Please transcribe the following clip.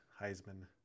Heisman